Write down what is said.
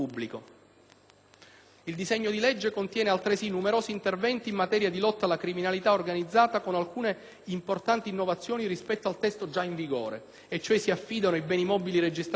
Il disegno di legge contiene, altresì, numerosi interventi in materia di lotta alla criminalità organizzata, con alcune importanti innovazioni rispetto al testo già in vigore: si affidano i beni mobili registrati, in gratuita